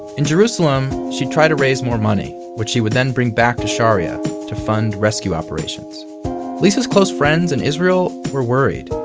in jerusalem she'd try to raise more money, which she would then bring back to sharya to fund rescue operations lisa's close friends in israel were worried.